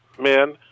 men